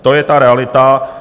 To je ta realita.